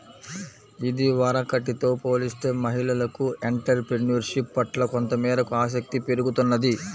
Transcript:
ఇదివరకటితో పోలిస్తే మహిళలకు ఎంటర్ ప్రెన్యూర్షిప్ పట్ల కొంతమేరకు ఆసక్తి పెరుగుతున్నది